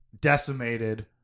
decimated